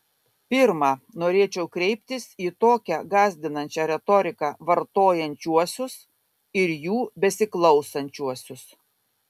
pirma norėčiau kreiptis į tokią gąsdinančią retoriką vartojančiuosius ir jų besiklausančiuosius